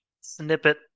snippet